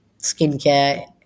skincare